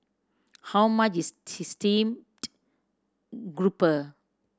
how much is grouper